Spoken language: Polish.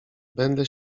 będę